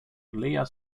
leah